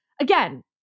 Again